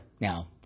now